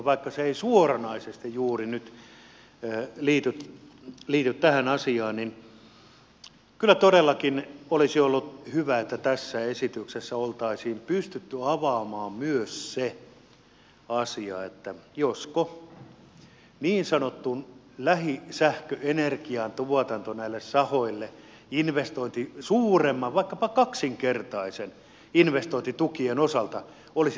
vaikka se ei suoranaisesti juuri nyt liity tähän asiaan kyllä todellakin olisi ollut hyvä että tässä esityksessä oltaisiin pystytty avaamaan myös se asia josko niin sanotun lähisähköenergian tuotanto näille sahoille suurempien vaikkapa kaksinkertaisten investointitukien osalta olisi mahdollistettu